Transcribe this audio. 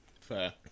Fair